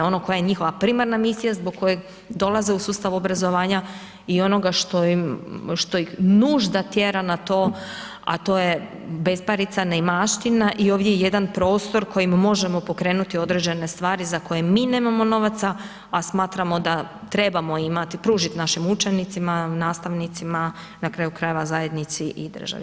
Ono koja je njihova primarna misija zbog kojeg dolaze u sustav obrazovanja i onoga što im, što ih nužda tjera na to, a to je besparica, neimaština i ovdje je jedan prostor kojim možemo pokrenuti određene stvari za koje mi nemamo novaca, a smatramo da trebamo imati pružiti našim učenicima, nastavnicima, na kraju krajeva zajednici i državi.